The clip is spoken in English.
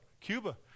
Cuba